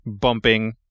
bumping